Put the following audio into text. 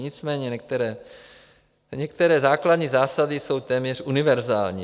Nicméně některé základní zásady jsou téměř univerzální.